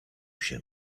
się